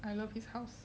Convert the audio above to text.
I love his house